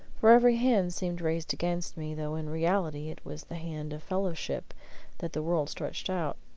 for every hand seemed raised against me, though in reality it was the hand of fellowship that the world stretched out,